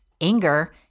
anger